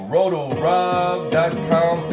Rotorob.com